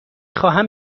خواهم